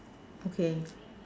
okay